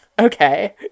Okay